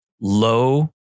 low